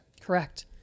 Correct